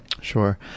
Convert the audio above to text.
Sure